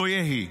לו יהי.